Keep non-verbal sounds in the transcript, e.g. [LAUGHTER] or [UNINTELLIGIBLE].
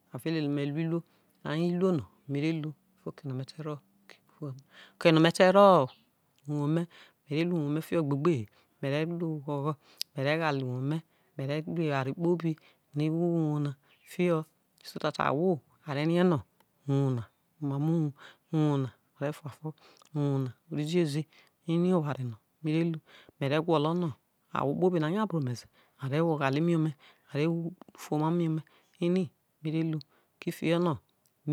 [UNINTELLIGIBLE] ave ule ome lu ituo ai iluo no mere lu eva o oke no me tero okeno mete ro uwo me me remember te ro uwo me me re lu uwo me fio gbe gbe he mere lu gbo gho me re ghale uwo me meri eware kpobi ne ro uwo na oma mo uwo uwo na ore fua fo ori ziebzi eri owari no me gwolo no me re lu ahwo kpobi noba nya bru ome ze are wo oghole mi ome are wo ufuoma mi ome eri mere lu kifio no